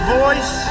voice